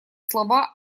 слова